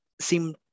seem